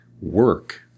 work